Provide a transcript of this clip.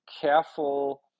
careful